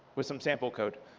with some sample code.